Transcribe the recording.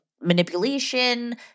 manipulation